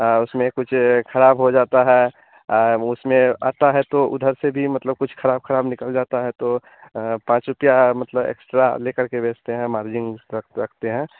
उसमें कुछ खराब हो जाता है उसमें आता है तो उधर से भी मतलब कुछ खराब खराब निकल जाता है तो पाँच रुपया मतलब एक्स्ट्रा ले करके बेचते हैं मार्जिन इस तरह से रखते हैं